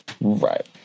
Right